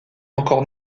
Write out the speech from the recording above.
encore